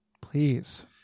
Please